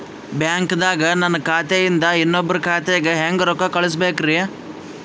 ಬ್ಯಾಂಕ್ದಾಗ ನನ್ ಖಾತೆ ಇಂದ ಇನ್ನೊಬ್ರ ಖಾತೆಗೆ ಹೆಂಗ್ ರೊಕ್ಕ ಕಳಸಬೇಕ್ರಿ?